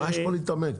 מה יש פה להתעמק?